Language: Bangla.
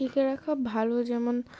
থেকে রাখা ভালো যেমন